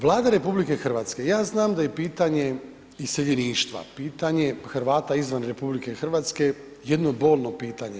Vlada RH, ja znam da je pitanje iseljeništva, pitanje Hrvata izvan RH, jedno bolno pitanje.